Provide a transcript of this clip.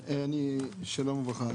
שלום וברכה.